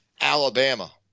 Alabama